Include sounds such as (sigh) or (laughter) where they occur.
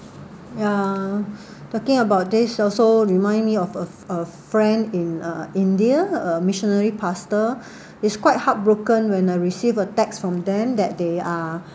ya talking about this also remind me of a a friend in uh india a missionary pastor (breath) is quite heartbroken when I received a text from them that they are